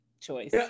choice